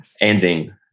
Ending